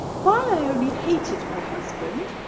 while i only hated my husband,